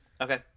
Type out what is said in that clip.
Okay